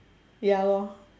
ya lor